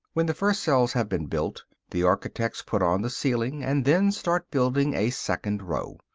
when the first cells have been built, the architects put on the ceiling, and then start building a second row,